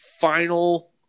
final